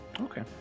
okay